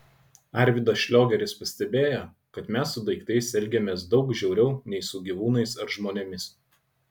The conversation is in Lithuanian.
arvydas šliogeris pastebėjo kad mes su daiktais elgiamės daug žiauriau nei su gyvūnais ar žmonėmis